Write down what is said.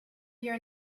your